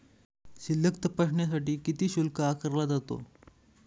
शिल्लक तपासण्यासाठी किती शुल्क आकारला जातो?